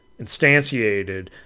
instantiated